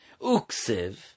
Uksiv